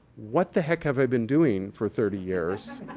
what the heck have i been doing for thirty years?